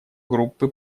группы